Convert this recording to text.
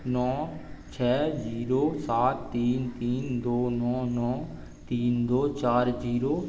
नौ छः जीरो सात तीन तीन दो नौ नौ तीन दो चार जीरो